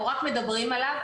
או רק מדברים עליו,